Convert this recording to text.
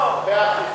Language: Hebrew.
לא, אני לא עוצר.